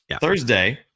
Thursday